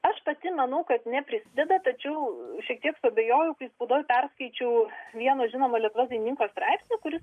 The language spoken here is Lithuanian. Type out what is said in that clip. aš pati manau kad neprisideda tačiau šiek tiek suabejojau kai spaudoj perskaičiau vieno žinomo lieruvos dainininko straipsnį kuris